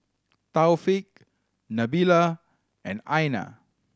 Taufik Nabila and Aina